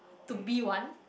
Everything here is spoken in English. to B one